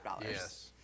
Yes